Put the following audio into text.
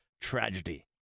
tragedy